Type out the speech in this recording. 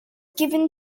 given